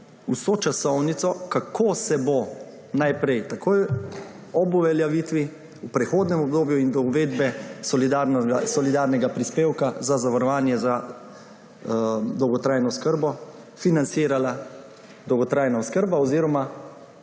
časovnico, kako se bo najprej takoj ob uveljavitvi v prehodnem obdobju in do uvedbe solidarnega prispevka za zavarovanje za dolgotrajno oskrbo financirala dolgotrajna oskrba oziroma